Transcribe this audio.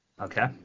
Okay